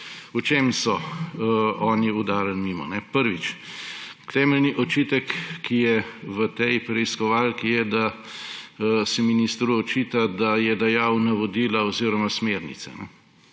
V čem so oni udarili mimo? Prvič, temeljni očitek, ki je v tej preiskovalki, je, da se ministru očita, da je dajal navodila oziroma smernice.